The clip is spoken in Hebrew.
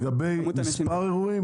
לגבי מספר האירועים,